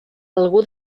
algú